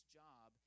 job